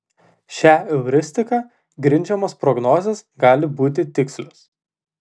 šia euristika grindžiamos prognozės gali būti tikslios